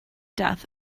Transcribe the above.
death